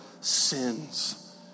sins